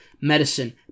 medicine